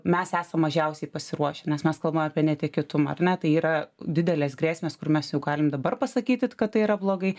mes esam mažiausiai pasiruošę nes mes kalbam apie netikėtumą ar ne tai yra didelės grėsmės kur mes jau galim dabar pasakyti t kad tai yra blogai